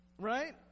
Right